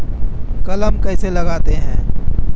कलम कैसे लगाते हैं?